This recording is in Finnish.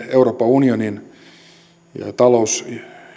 euroopan unionin talous